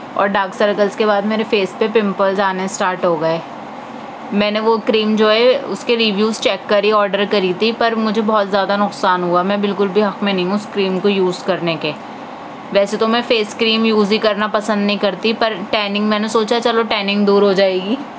اور dark circles کے بعد میرے فیس پہ پمپلس آنے اسٹارٹ ہو گئے میں نے وہ کریم جو ہے اُس کے ریویوز چیک کرے آڈر کری تھی پر مجھے بہت زیادہ نقصان ہُوا میں بالکل بھی حق میں نہیں ہوں اُس کریم کو یُوز کرنے کے ویسے تو میں فیس کریم یوز ہی کرنا پسند نہیں کرتی پر ٹیننگ میں نے سوچا چلو ٹیننگ دور ہو جائے گی